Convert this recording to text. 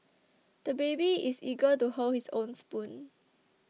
the baby is eager to hold his own spoon